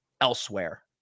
elsewhere